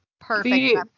Perfect